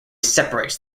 separates